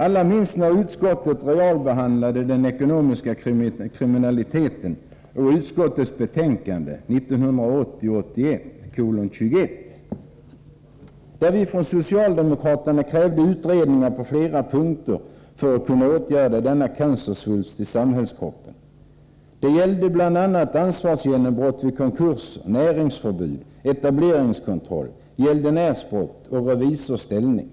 Alla minns när utskottet realbehandlade frågorna om den ekonomiska kriminaliteten, och vi minns också utskottets betänkande 1980/81:21, där vi från socialdemokraterna krävde utredningar på flera punkter för att kunna åtgärda denna cancersvulst i samhällskroppen. Det gällde bl.a. ansvarsgenombrott vid konkurser, näringsförbud, etableringskontroll, gäldenärsbrott och revisors ställning.